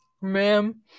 Ma'am